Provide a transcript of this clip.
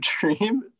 dream